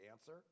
answer